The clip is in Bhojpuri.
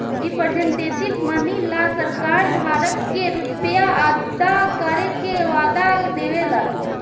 रिप्रेजेंटेटिव मनी ला सरकार धारक के रुपिया अदा करे के वादा देवे ला